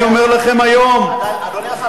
אדוני השר,